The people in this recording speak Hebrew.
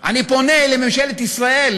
אני פונה לממשלת ישראל,